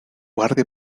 guardia